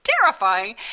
terrifying